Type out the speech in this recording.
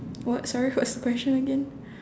what sorry what's the question again